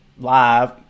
live